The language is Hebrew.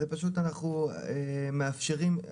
אנחנו מאפשרים,